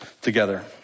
together